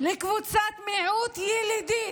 לקבוצת מיעוט ילידית.